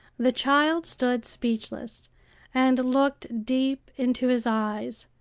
the child stood speechless and looked deep into his eyes,